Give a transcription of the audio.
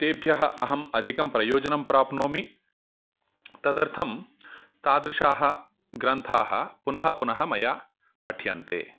तेभ्यः अहम् अधिकं प्रयोजनं प्राप्नोमि तदर्थं तादृशाः ग्रन्थाः पुनः पुनः मया पठ्यन्ते